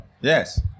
Yes